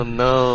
no